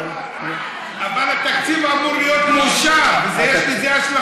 אבל התקציב אמור להיות מאושר ויש לזה השלכות.